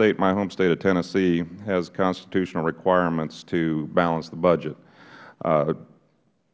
and my home state of tennessee has constitutional requirements to balance the budget